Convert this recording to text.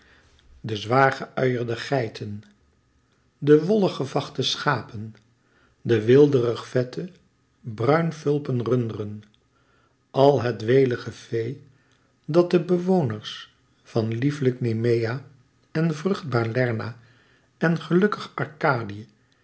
de zwaar ge uierde geiten en wollig gevachte schapen de weelderig vette bruin fulpen runderen àl het weelige vee dat de bewoners van lieflijk nemea en vruchtbaar lerna van gelukkig arkadië